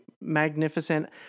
magnificent